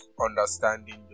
understanding